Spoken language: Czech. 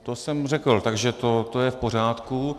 To jsem řekl, takže to je v pořádku.